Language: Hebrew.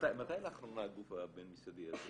מתי לאחרונה הגוף הבין-משרדי הזה